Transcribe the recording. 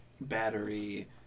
battery